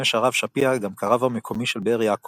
הרב שפירא גם כרב המקומי של באר יעקב,